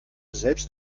selbst